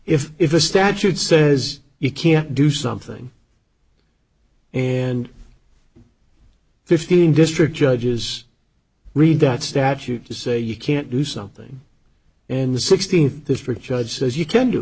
if if a statute says you can't do something and fifteen district judges read that statute to say you can't do something in the sixteenth district judge says you can do